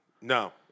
No